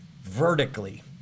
vertically